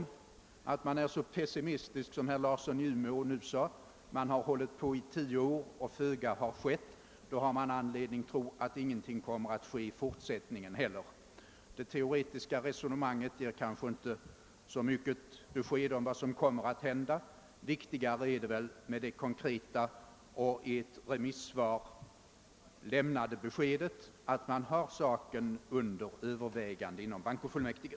Detta kan hävdas lika väl som den av herr Larsson i Umeå framförda pessimistiska uppfattningen att det finns anledning förutsätta att inget kommer att ske i fortsättningen därför att så föga har hänt hittills trots att man funderat i tio år. Ett teoretiskt resonemang ger inget besked om vad som egentligen kommer att hända. Viktigare är väl det konkreta och i ett remissyttrande lämnade beskedet att saken befinner sig under övervägande inom bankofullmäktige.